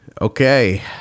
Okay